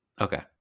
Okay